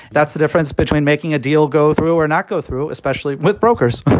that's the difference between making a deal go through or not go through, especially with brokers.